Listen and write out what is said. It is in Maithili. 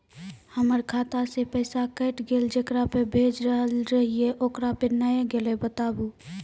हमर खाता से पैसा कैट गेल जेकरा पे भेज रहल रहियै ओकरा पे नैय गेलै बताबू?